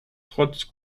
trotz